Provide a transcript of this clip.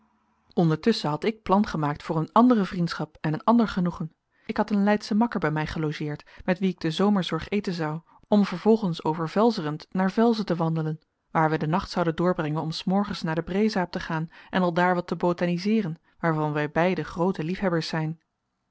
ondertusschen had ik plan gemaakt voor eene andere vriendschap en een ander genoegen ik had een leidschen makker bij mij gelogeerd met wien ik te zomerzorg eten zou om vervolgens over velzerend naar velzen te wandelen waar wij den nacht zouden doorbrengen om s morgens naar de breezaap te gaan en aldaar wat te botaniseeren waarvan wij beide groote liefhebbers zijn